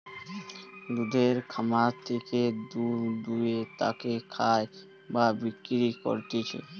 দুধের খামার থেকে দুধ দুয়ে তাকে খায় বা বিক্রি করতিছে